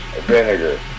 vinegar